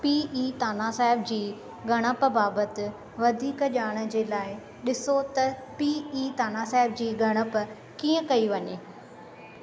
P E Tanasahib ji ॻणप बाबति वधीक ॼाण जे लाइ ॾिसो त पी ई तानासाहिब जी ॻणप कीअं कई वञे